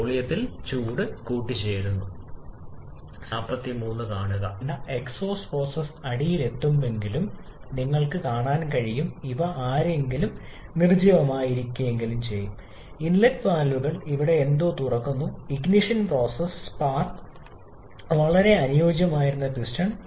നിങ്ങളാണെങ്കിൽ തീർച്ചയായും പ്രായോഗികമായി സംസാരിക്കുന്നു ഈ അളവിലുള്ള വായു കൃത്യമായി നൽകുക കാരണം നമ്മൾക്ക് പൂർണ്ണമായ ജ്വലനം കാണാൻ കഴിയില്ല ജ്വലനത്തിന്റെ പൂർണത ഇന്ധനത്തിന്റെ ഓരോ തന്മാത്രയും സമ്പർക്കം പുലർത്തുന്നതിനെ ആശ്രയിച്ചിരിക്കുന്നു ഓക്സിജനുമായി അല്ലെങ്കിൽ ഇല്ല